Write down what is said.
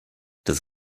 das